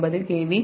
79 KV